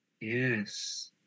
Yes